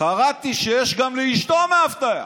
קראתי שיש גם לאשתו מאבטח.